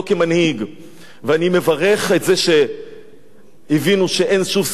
ואני מברך על זה שהבינו שאין סיבה לחקור.